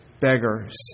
beggars